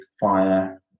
Fire